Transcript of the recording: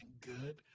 good